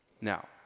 now